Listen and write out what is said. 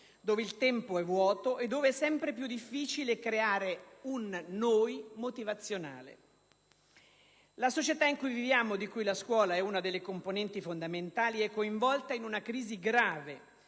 dove il tempo è vuoto e dove è sempre più difficile creare un «noi» motivazionale. La società in cui viviamo, di cui la scuola è una delle componenti fondamentali, è coinvolta in una crisi grave,